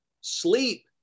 Sleep